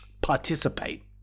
Participate